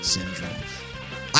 Syndrome